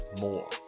more